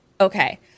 Okay